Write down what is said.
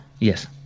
Yes